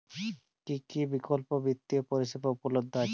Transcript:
কী কী বিকল্প বিত্তীয় পরিষেবা উপলব্ধ আছে?